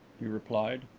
he replied.